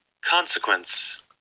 Consequence